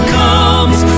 comes